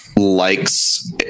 likes